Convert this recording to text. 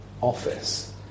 office